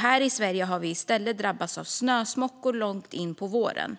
Här i Sverige har vi i stället drabbats av snösmockor långt in på våren.